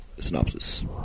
Synopsis